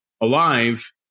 alive